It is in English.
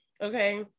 Okay